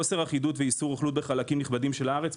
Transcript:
חוסר אחידות ואיסור רוכלות בחלקים נכבדים של הארץ.